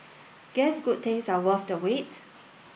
guess good things are worth the wait